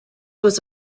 was